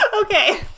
Okay